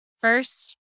first